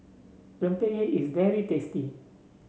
Rempeyek is very tasty